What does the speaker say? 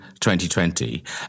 2020